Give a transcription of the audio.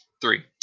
three